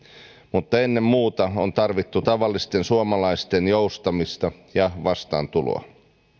mutta ennen muuta on tarvittu tavallisten suomalaisten joustamista ja vastaantuloa